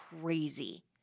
crazy